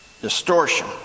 distortion